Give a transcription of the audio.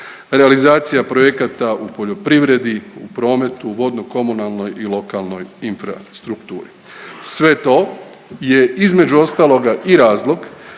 realizacija projekata u poljoprivredi, u prometu, u vodnokomunalnoj i lokalnoj infrastrukturi. Sve to je između ostaloga i razlog